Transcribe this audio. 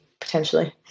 potentially